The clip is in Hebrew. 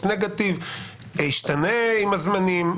השתנה עם הזמנים?